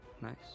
nice